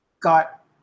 got